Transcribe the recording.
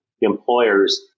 employers